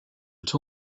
but